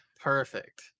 perfect